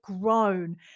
grown